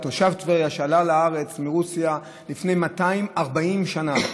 תושב טבריה שעלה מרוסיה לפני 240 שנה.